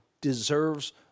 deserves